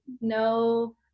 no